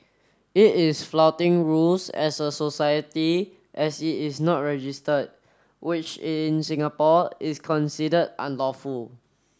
it is flouting rules as a society as it is not registered which in Singapore is considered unlawful